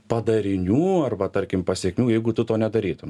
padarinių arba tarkim pasekmių jeigu tu to nedarytum